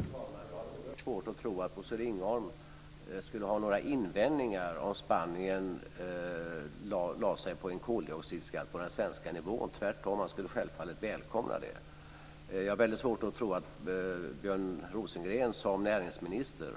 Fru talman! Jag har oerhört svårt att tro att Bosse Ringholm skulle ha några invändningar om Spanien lade koldioxidskatten på den svenska nivån. Tvärtom skulle han självfallet välkomna det. Jag har väldigt svårt att tro att Björn Rosengren, som näringsminister,